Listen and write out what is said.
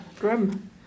Grim